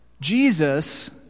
Jesus